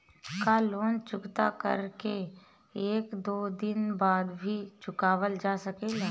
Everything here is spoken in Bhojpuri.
का लोन चुकता कर के एक दो दिन बाद भी चुकावल जा सकेला?